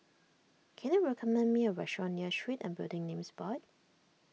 can you recommend me a restaurant near Street and Building Names Board